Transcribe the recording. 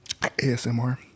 ASMR